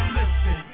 listen